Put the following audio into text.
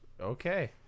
Okay